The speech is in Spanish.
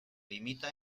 limita